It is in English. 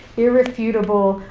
irrefutable,